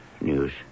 news